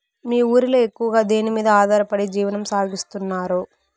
మీ ఊరిలో ఎక్కువగా దేనిమీద ఆధారపడి జీవనం సాగిస్తున్నారు?